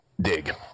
dig